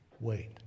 wait